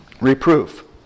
Reproof